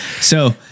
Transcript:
So-